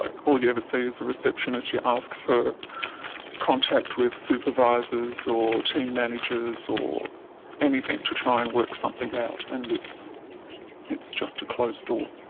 ah you ever see is a receptionist. you ask for contact with supervisors or team managers or anything to try and work something out, and it's it's just a closed door.